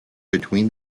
between